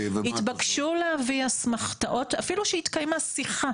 התבקשו להביא אסמכתאות אפילו שהתקיימה שיחה,